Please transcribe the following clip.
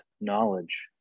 knowledge